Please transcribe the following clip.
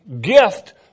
gift